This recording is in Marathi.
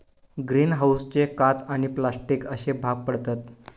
ग्रीन हाऊसचे काच आणि प्लास्टिक अश्ये भाग पडतत